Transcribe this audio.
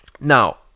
Now